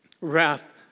wrath